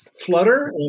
flutter